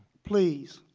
please,